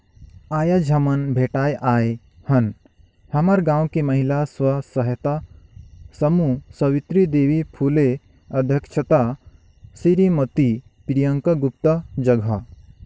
आयज हमन भेटाय आय हन हमर गांव के महिला स्व सहायता समूह सवित्री देवी फूले अध्यक्छता सिरीमती प्रियंका गुप्ता जघा